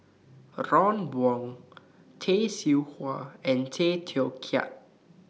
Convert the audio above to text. Ron Wong Tay Seow Huah and Tay Teow Kiat